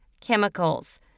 chemicals